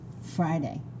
Friday